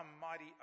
mighty